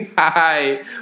hi